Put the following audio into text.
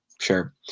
Sure